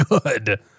good